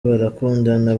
barakundana